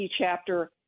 chapter